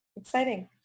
Exciting